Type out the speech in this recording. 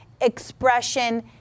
expression